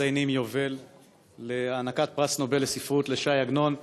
מציינים יובל להענקת פרס נובל לספרות לש"י עגנון.